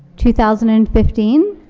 two thousand and fifteen.